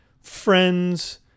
friends